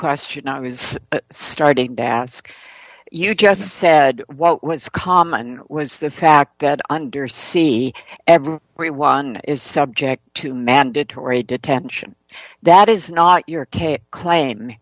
question i was starting to ask you just said what was common was the fact that under c every one is subject to mandatory detention that is not your case claim